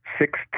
six